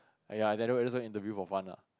!aiya! is anyway just went interview for fun ah